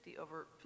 over